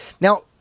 now